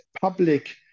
public